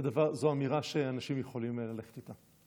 זו אמירה שאנשים יכולים ללכת איתה.